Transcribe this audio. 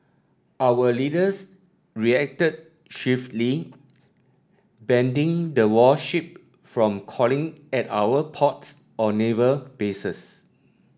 our leaders reacted swiftly banding the warship from calling at our ports or naval bases